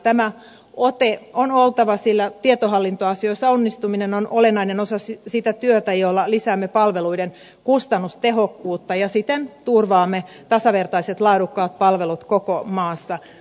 tämä ote on oltava sillä tietohallintoasioissa onnistuminen on olennainen osa sitä työtä jolla lisäämme palveluiden kustannustehokkuutta ja siten turvaamme tasavertaiset laadukkaat palvelut koko maassa